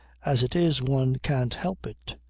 as it is one can't help it.